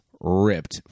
ripped